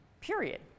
period